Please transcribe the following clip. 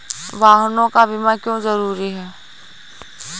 वाहनों का बीमा क्यो जरूरी है?